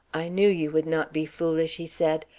i knew you would not be foolish, he said.